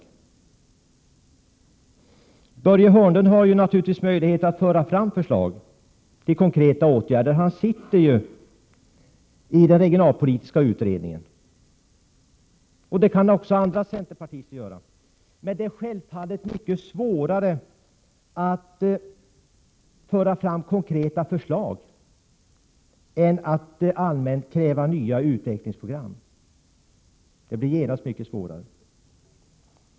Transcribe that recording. Men Börje Hörnlund har naturligtvis möjligheter att föra fram förslag till konkreta åtgärder. Han sitter ju i den regionalpolitiska utredningen. Även andra centerpartister kan föra fram förslag. Men det är självfallet mycket svårare att föra fram konkreta förslag än att allmänt kräva nya utvecklingsprogram. Det blir genast mycket svårare.